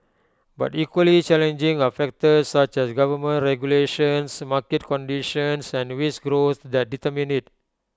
but equally challenging are factors such as government regulations market conditions and wage growth that determine IT